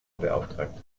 beauftragt